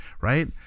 right